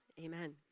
amen